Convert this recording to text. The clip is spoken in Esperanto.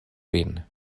vin